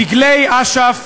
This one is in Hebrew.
דגלי אש"ף,